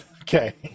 Okay